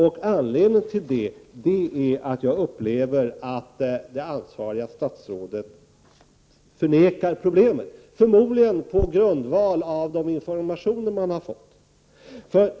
Anledningen till detta är att jag upplever att det ansvariga statsrådet förnekar problemet, förmodligen på grundval av de informationer som har lämnats.